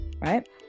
right